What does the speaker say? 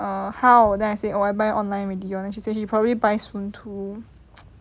err how then I say oh I buy online already then she say she probably buy soon too